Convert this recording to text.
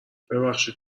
ببخشید